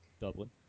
Dublin